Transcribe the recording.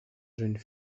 jeunes